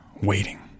waiting